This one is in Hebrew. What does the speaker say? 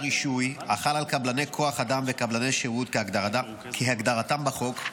רישוי החל על קבלני כוח אדם וקבלני שירות כהגדרתם בחוק,